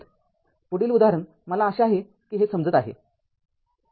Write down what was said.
आता पुढील उदाहरण मला आशा आहे की हे समजत आहे